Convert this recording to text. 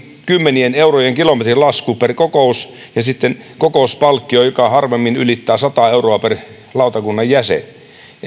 kymmenien eurojen kilometrilasku per kokous ja sitten kokouspalkkio joka harvemmin ylittää sataa euroa per lautakunnan jäsen